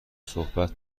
صحبت